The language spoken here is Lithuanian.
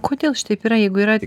kodėl šitaip yra jeigu yra